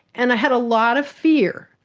and i had a lot of fear.